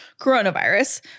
coronavirus